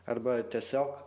arba tiesiog